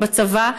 בצבא,